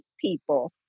people